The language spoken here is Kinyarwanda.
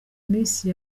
minsi